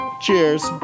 Cheers